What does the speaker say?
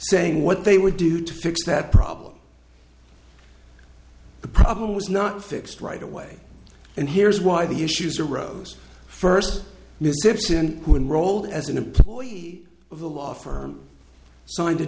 saying what they would do to fix that problem the problem was not fixed right away and here's why the issues arose first missteps and when rolled as an employee of the law firm signed a